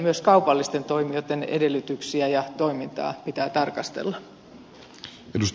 myös kaupallisten toimijoitten edellytyksiä ja toimintaa pitää tarkastella